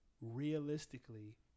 realistically